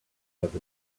other